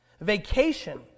Vacation